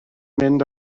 mynd